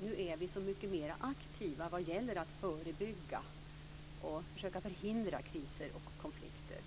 vi nu är så mycket mera aktiva när det gäller att förebygga och försöka förhindra kriser och konflikter.